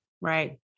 right